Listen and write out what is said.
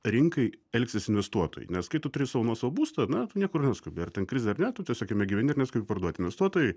rinkai elgsis investuotojai nes kai tu turi savo nuosavą būstą na tu niekur neskubi ar ten krizė ar ne tu tiesiog jame gyveni ir neskubi parduot investuotojai